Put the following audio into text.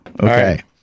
Okay